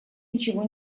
ничего